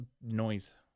noise